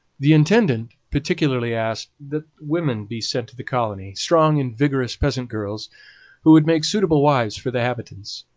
the intendant particularly asked that women be sent to the colony, strong and vigorous peasant girls who would make suitable wives for the habitants.